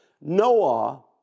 Noah